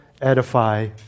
edify